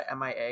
MIA